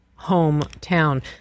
hometown